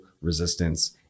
resistance